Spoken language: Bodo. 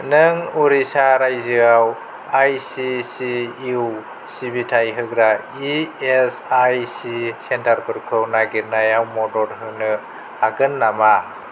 नों उरिस्सा रायजोआव आइसिसिइउ सिबिथाय होग्रा इएसआइसि सेन्टारफोरखौ नागिरनायाव मदद होनो हागोन नामा